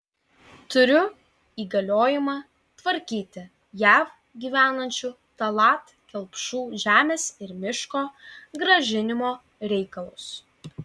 turiu įgaliojimą tvarkyti jav gyvenančių tallat kelpšų žemės ir miško grąžinimo reikalus